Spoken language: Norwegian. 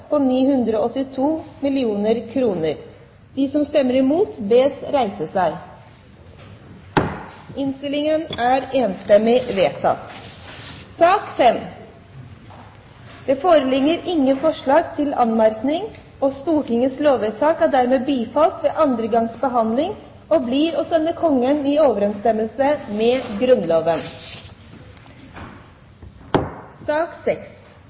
og Stortingets lovvedtak er dermed bifalt ved andre gangs behandling og blir å sende Kongen i overensstemmelse med